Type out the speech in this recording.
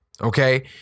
okay